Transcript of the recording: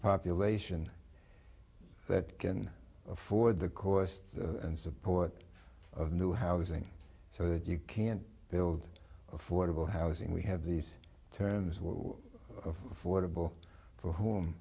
population that can afford the cost and support of new housing so that you can't build affordable housing we have these terms of affor